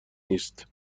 نیست